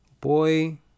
boy